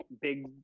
big